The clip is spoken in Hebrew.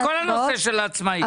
בכל הנושא של העצמאים.